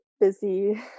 busy